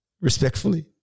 Respectfully